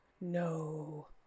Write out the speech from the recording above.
No